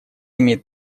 имеет